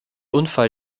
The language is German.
unfall